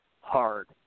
hard